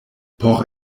por